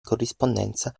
corrispondenza